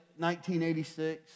1986